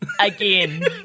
again